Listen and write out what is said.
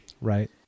Right